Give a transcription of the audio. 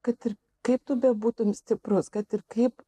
kad ir kaip tu bebūtum stiprus kad ir kaip